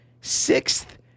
sixth